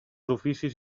oficis